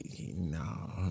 No